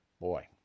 Boy